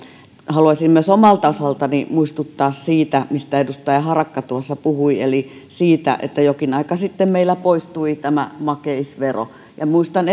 haluaisin myös omalta osaltani muistuttaa siitä mistä edustaja harakka tuossa puhui eli siitä että jokin aika sitten meiltä poistui makeisvero muistan